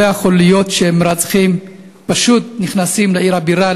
לא יכול להיות שמרצחים פשוט נכנסים לעיר הבירה,